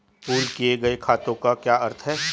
Pool किए गए खातों का क्या अर्थ है?